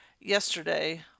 Yesterday